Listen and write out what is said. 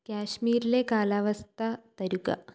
കശ്മീരിലെ കാലാവസ്ഥ തരുക